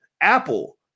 Apple